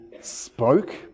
spoke